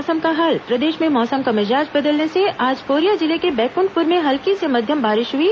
मौसम प्रदेश में मौसम का मिजाज बदलने से आज कोरिया जिले के बैंकुंठपुर में हल्की से मध्यम बारिश हुई